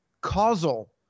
causal